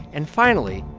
and finally,